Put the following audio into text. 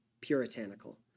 puritanical